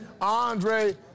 andre